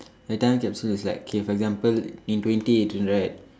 a time capsule is like K for example in twenty eighteen right